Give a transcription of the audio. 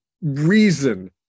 reason